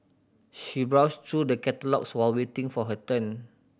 she browsed through the catalogues while waiting for her turn